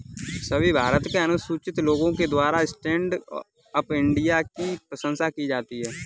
सभी भारत के अनुसूचित लोगों के द्वारा स्टैण्ड अप इंडिया की प्रशंसा की जाती है